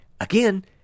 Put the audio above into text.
again